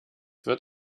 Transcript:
wird